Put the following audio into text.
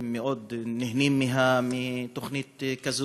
הם מאוד נהנים מתוכנית כזו,